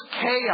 chaos